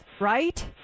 right